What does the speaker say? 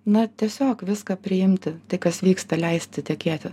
na tiesiog viską priimti tai kas vyksta leisti tekėti